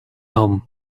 home